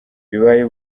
bibaye